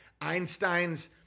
Einstein's